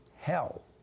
hell